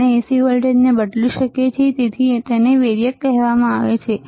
આપણે AC વોલ્ટેજને બદલી શકીએ છીએ તેથી તેને વેરિએક કહેવામાં આવે છે